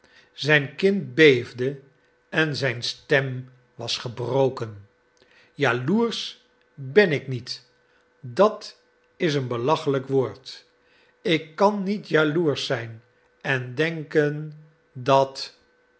zijn kin beefde en zijn stem was gebroken jaloersch ben ik niet dat is een belachelijk woord ik kan niet jaloersch zijn en denken dat